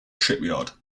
shipyard